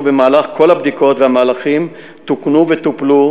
במהלך כל הבדיקות והמהלכים תוקנו וטופלו,